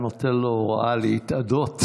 הוא היה נותן לו הוראה להתאדות.